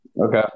Okay